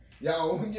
y'all